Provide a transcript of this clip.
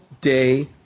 day